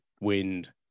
wind